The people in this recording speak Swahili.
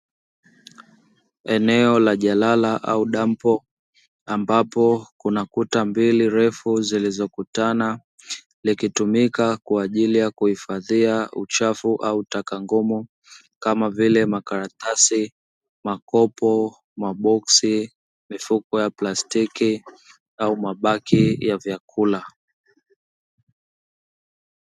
Eneo la jalala au dampo ambapo kuna kuta mbili ndefu zilizokutana ikitumika kwa ajili ya kuhifadhia uchafu au taka ngumu kama vile makaratasi, makopo, maboksi, mifuko ya plastiki au mabaki ya vyakula.